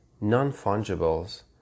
non-fungibles